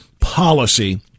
policy